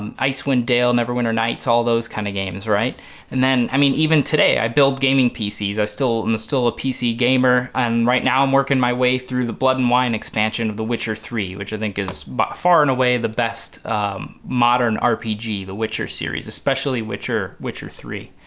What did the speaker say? um icewind dale, neverwinter nights. all those kind of games right and then i mean even today i build gaming pc's i still still a pc gamer and right now i'm working my way through the blood and wine expansion of the witcher three which i think is but far and away the best modern rpg the witcher series especially witcher, witcher three.